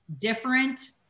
different